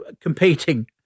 competing